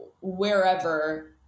wherever